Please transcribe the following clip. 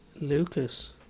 Lucas